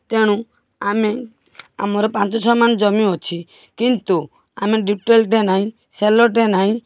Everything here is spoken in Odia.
ତେଣୁ ଆମେ ଆମର ପାଞ୍ଚ ଛଅ ମାଣ ଜମି ଅଛି କିନ୍ତୁ ଆମେ ଡିପଟେଲ୍ ଟେ ନାଇଁ ସେଲୋ ଟେ ନାଇଁ